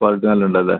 quality നല്ല ഉണ്ടല്ലേ